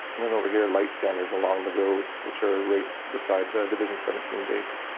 and then over here, light standards along the road which are right beside the division seventeen base.